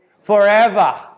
Forever